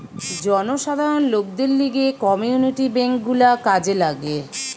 জনসাধারণ লোকদের লিগে কমিউনিটি বেঙ্ক গুলা কাজে লাগে